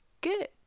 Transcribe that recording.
good